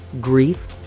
grief